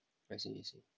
I see I see